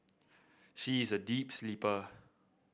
she is a deep sleeper